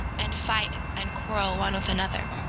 and fight and quarrel one with another,